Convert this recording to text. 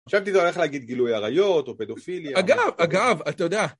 חשבתי שאתה הולך להגיד גילוי עריות, או פדופיליה, או... אגב, אגב, אתה יודע...